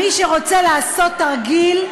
מי שרוצה לעשות תרגיל,